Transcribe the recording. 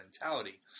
mentality